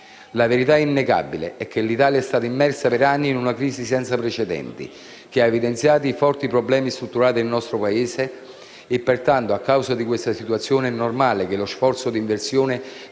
La verità innegabile è che l'Italia è stata immersa per anni in una crisi senza precedenti che ha evidenziato i forti problemi strutturali del Paese; pertanto, a causa di questa situazione, è normale che lo sforzo d'inversione